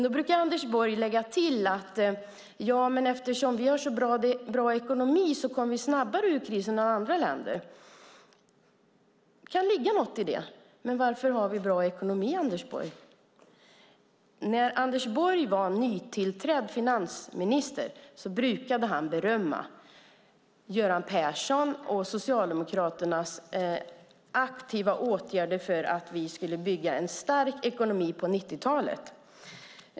Då brukar Anders Borg lägga till att eftersom vi har så bra ekonomi kom vi snabbare ur krisen än andra länder. Det kan ligga någonting i det. Men varför har vi bra ekonomi, Anders Borg? När Anders Borg var nytillträdd finansminister brukade han berömma Göran Persson och Socialdemokraternas aktiva åtgärder för att bygga en stark ekonomi på 90-talet.